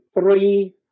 three